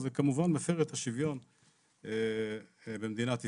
אז זה כמובן מפר את השוויון במדינת ישראל.